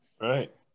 Right